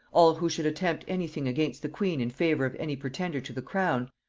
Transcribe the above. all who should attempt any thing against the queen in favor of any pretender to the crown,